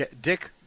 Dick